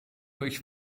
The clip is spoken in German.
durch